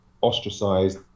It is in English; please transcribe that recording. ostracized